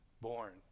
born